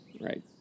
Right